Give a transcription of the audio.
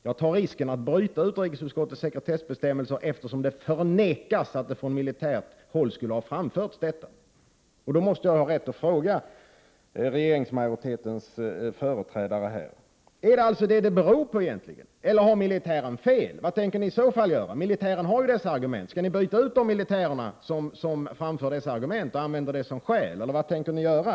Jag tar risken att bryta mot utrikesutskottets sekretessbestämmelser, eftersom det förnekas att detta skulle ha framförts från militärt håll. Då måste jag ha rätt att fråga utskottsmajoritetens företrädare: Är det detta det beror på? Eller har militären fel? Vad tänker ni i så fall göra? Militären har ju dessa argument. Skall ni byta ut de militärer som framför de argumenten eller vad tänker ni göra?